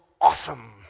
awesome